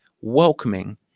welcoming